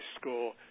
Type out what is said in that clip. score